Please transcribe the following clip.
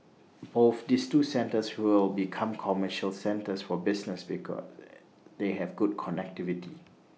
both these two centres will become commercial centres for business because they they have good connectivity